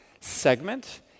segment